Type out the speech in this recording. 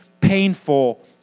painful